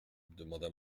demanda